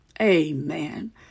Amen